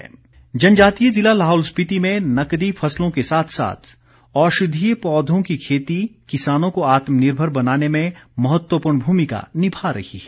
औषधीय खेती जनजातीय ज़िला लाहौल स्पीति में नकदी फसलों के साथ साथ औषधीय पौधों की खेती किसानों को आत्मनिर्भर बनाने में महत्वपूर्ण भूमिका निभा रही है